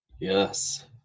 Yes